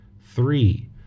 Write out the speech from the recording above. three